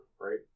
right